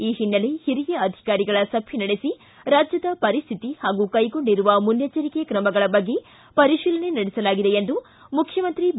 ಈ ಹಿನ್ನೆಲೆ ಹಿರಿಯ ಅಧಿಕಾರಿಗಳ ಸಭೆ ನಡೆಸಿ ರಾಜ್ಯದ ಪರಿಸ್ತಿತಿ ಹಾಗೂ ಕೈಗೊಂಡಿರುವ ಮುನ್ನೆಚ್ಚರಿಕೆ ಕ್ರಮಗಳ ಬಗ್ಗೆ ಪರಿಶೀಲನೆ ನಡೆಸಲಾಗಿದೆ ಎಂದು ಮುಖ್ಚಮಂತ್ರಿ ಬಿ